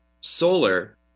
solar